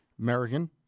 American